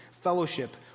fellowship